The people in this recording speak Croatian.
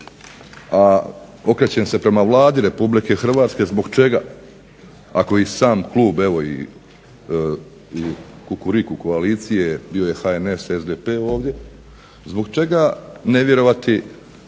a okrećem se prema Vladi Republike Hrvatske zbog čega, ako i sam klub evo i Kukuriku koalicija, bio je HNS, SDP ovdje, zbog čega ne vjerovati